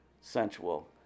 sensual